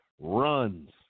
runs